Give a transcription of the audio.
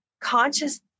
conscious